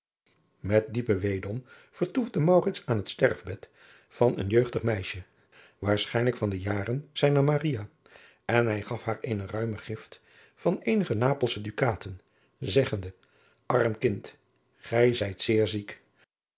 met diepen weedom vertoefde maurits aan het sterfbed van een jeugdig meisje waarschijnlijk van de jaren zijner maria en hij gaf haar eene ruime gift van eenige napelsche dukaten zeggende arm kind gij zijt zeer ziek